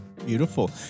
Beautiful